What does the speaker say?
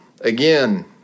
Again